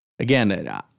Again